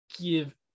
give